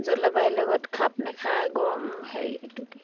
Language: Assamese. জলবায়ুৰ লগত খাপ নেখায় গৰম হেৰি